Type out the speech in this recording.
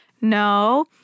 no